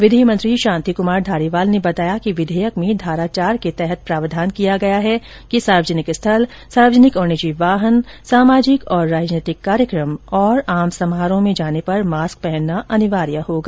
विधि मंत्री शांति कुमार धारीवाल ने बताया कि विधेयक में धारा चार के तहत प्रावधान किया गया है कि सार्वजनिक स्थल सार्वजनिक और निजी वाहन सामाजिक तथा राजनैतिक कार्यक्रम और आम समारोह में जाने पर मास्क पहनना अनिवार्य होगा